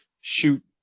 shoot